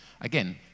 again